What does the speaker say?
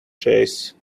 chase